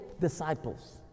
disciples